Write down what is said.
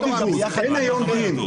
אותו הדבר בקרן נדל"ן.